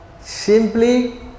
Simply